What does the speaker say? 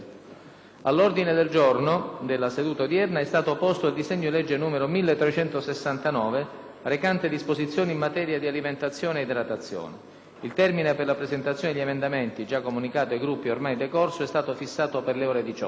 All'ordine del giorno della seduta odierna è stato posto il disegno di legge n. 1369, recante "Disposizioni in materia di alimentazione ed idratazione". Il termine per la presentazione degli emendamenti, già comunicato ai Gruppi e ormai decorso, è stato fissato per le ore 18.